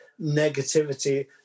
negativity